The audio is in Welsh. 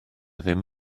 ddim